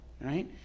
right